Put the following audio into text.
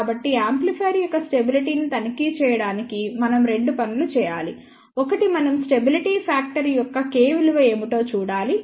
కాబట్టి యాంప్లిఫైయర్ యొక్క స్టెబిలిటీ ని తనిఖీ చేయడానికి మనం రెండు పనులు చేయాలి ఒకటి మనం స్టెబిలిటీ ఫ్యాక్టర్ యొక్క K విలువ ఏమిటో చూడాలి